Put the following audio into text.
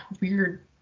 weird